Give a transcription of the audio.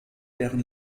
deren